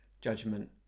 Judgment